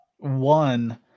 One